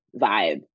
vibe